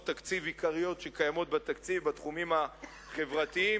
עיקריות שקיימות בתקציב בתחומים החברתיים,